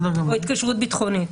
או התקשרות ביטחונית.